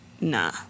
Nah